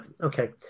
Okay